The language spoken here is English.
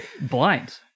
blind